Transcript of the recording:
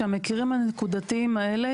שבמקרים הנקודתיים האלה,